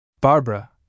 Barbara